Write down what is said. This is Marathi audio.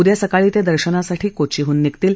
उद्या सकाळी ते दर्शनासाठी कोचीहून निघतील